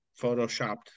photoshopped